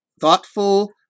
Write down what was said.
thoughtful